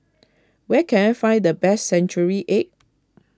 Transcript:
where can I find the best Century Egg